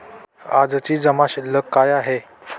आजची जमा शिल्लक काय आहे?